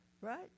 Right